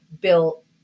built